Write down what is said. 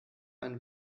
ein